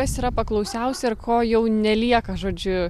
kas yra paklausiausia ir ko jau nelieka žodžiu